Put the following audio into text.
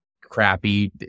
crappy